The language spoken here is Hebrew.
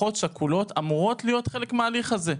משפחות שכולות אמורות להיות חלק מההליך הזה.